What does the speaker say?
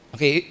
Okay